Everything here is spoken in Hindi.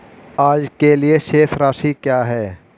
आज के लिए शेष राशि क्या है?